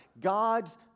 God's